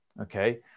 Okay